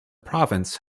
province